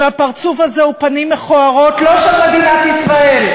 והפרצוף הזה הוא פנים מכוערות, לא של מדינת ישראל,